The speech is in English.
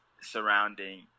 surrounding